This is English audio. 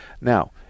Now